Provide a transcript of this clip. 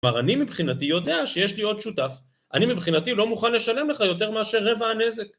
כבר אני, מבחינתי, יודע שיש לי עוד שותף. אני, מבחינתי, לא מוכן לשלם לך יותר מאשר רבע הנזק